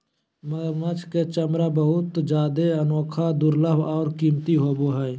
मगरमच्छ के चमरा बहुत जादे अनोखा, दुर्लभ और कीमती होबो हइ